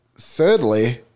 thirdly